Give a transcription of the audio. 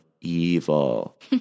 evil